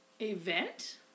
Event